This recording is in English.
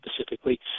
specifically